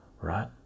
right